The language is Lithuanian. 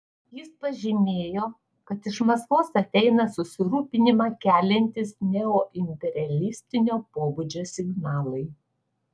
jis pažymėjo kad iš maskvos ateina susirūpinimą keliantys neoimperialistinio pobūdžio signalai